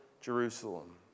Jerusalem